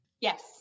Yes